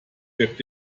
wirkt